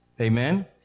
Amen